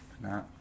Nah